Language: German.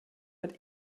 mit